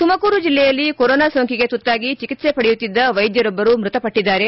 ತುಮಕೂರು ಜಿಲ್ಲೆಯಲ್ಲಿ ಕೊರೋನಾ ಸೋಂಕಿಗೆ ತುತ್ತಾಗಿ ಚಿಕಿತ್ತೆ ಪಡೆಯುತ್ತಿದ್ದ ವೈದ್ಯರೊಬ್ಬರು ಮೃತಪಟ್ಟದ್ದಾರೆ